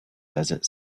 desert